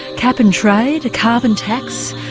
cap and trade, carbon tax,